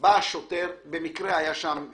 זה לא, אם אתה כבר בתוך הצומת.